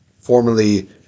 formerly